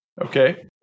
Okay